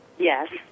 Yes